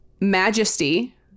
Majesty